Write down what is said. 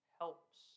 helps